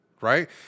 right